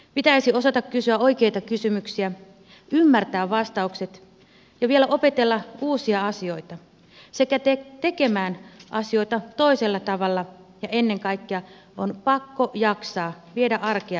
pitäisi osata kysyä oikeita kysymyksiä ymmärtää vastaukset ja vielä opetella uusia asioita sekä tekemään asioita toisella tavalla ja ennen kaikkea on pakko jaksaa viedä arkea eteenpäin